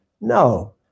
No